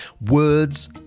Words